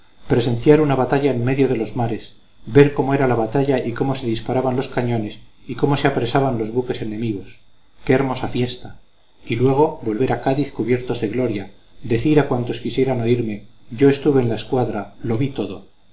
presenciar una batalla en medio de los mares ver cómo era la batalla cómo se disparaban los cañones cómo se apresaban los buques enemigos qué hermosa fiesta y luego volver a cádiz cubiertos de gloria decir a cuantos quisieran oírme yo estuve en la escuadra lo vi todo